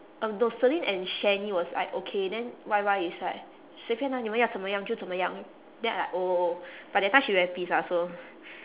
um no celine and shanny was like okay then Y_Y is like 随便啦你们要怎么样就怎么样 then I like oh but that time she very pissed ah so